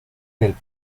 del